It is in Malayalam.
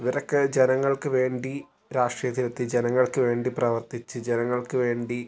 ഇവരൊക്കെ ജനങ്ങൾക്ക് വേണ്ടി രാഷ്രിയത്തിലെത്തി ജനങ്ങൾക്ക് വേണ്ടി പ്രവർത്തിച്ച് ജനങ്ങൾക്ക് വേണ്ടി